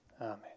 Amen